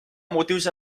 motius